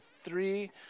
three